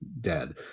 dead